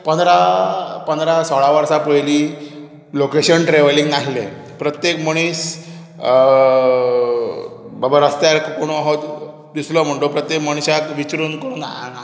पंदरा पंदरा सोळा वर्सां पयलीं लोकेशण ट्रॅवलींग आसलें प्रत्येक मनीस बाबा रस्त्यार कोणू अहो दिसलो म्हुण्टो प्रत्येक मनशाक विचरून करून